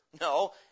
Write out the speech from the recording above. no